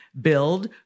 Build